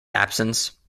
absence